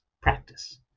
practice